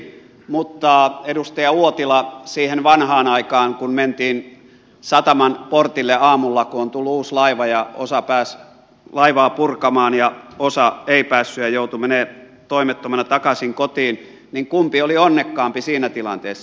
mutta edustaja uotila siihen vanhaan aikaan kun mentiin sataman portille aamulla kun oli tullut uusi laiva ja osa pääsi laivaa purkamaan ja osa ei päässyt ja joutui menemään toimettomana takaisin kotiin kumpi oli onnekkaampi siinä tilanteessa